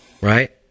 Right